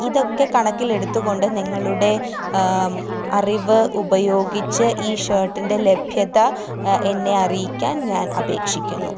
ഇതൊക്കെ കണക്കിലെടുത്തു കൊണ്ട് നിങ്ങളുടെ അറിവ് ഉപയോഗിച്ച് ഈ ഷർട്ടിൻ്റെ ലഭ്യത എന്നെ അറിയിക്കാൻ ഞാൻ അപേക്ഷിക്കുന്നു